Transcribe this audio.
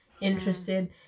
interested